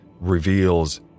reveals